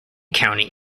county